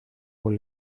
con